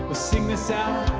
sing this out